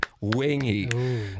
wingy